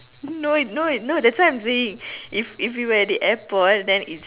no it no it no that's why I'm saying if if we were at the airport then it's